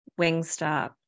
Wingstop